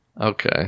Okay